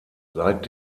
seit